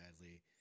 badly